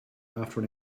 after